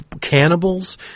cannibals